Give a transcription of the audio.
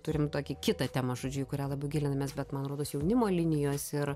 turim tokį kitą temą žodžiu į kurią labiau gilinamės bet man rodos jaunimo linijos ir